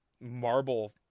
marble